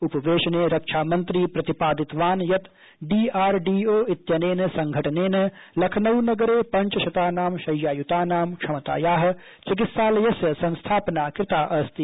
उपवेशने रक्षामंत्री प्रतिपादितवान् यत् डीआरडीओ इत्यनेन संघटनेन लखनऊ नगरे पञ्चशतानां शय्याय्तानां क्षमताया ज़ चिकित्सालयस्य संस्थापना कृता अस्ति